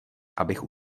abych